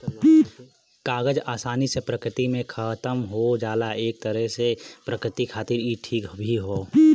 कागज आसानी से प्रकृति में खतम हो जाला एक तरे से प्रकृति खातिर इ ठीक भी हौ